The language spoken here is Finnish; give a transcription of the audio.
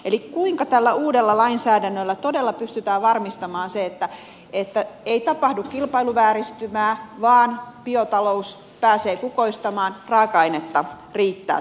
eli kuinka tällä uudella lainsäädännöllä todella pystytään varmistamaan se että ei tapahdu kilpailuvääristymää vaan biotalous pääsee kukoistamaan raaka ainetta riittää täällä suomessa